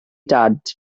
dad